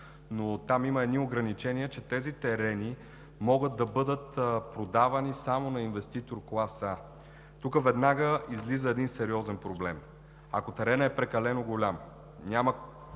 но там има едни ограничения, че тези терени могат да бъдат продавани само на инвеститор клас „А“. Тук веднага излиза един сериозен проблем. Ако теренът е прекалено голям, все